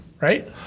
right